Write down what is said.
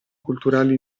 culturali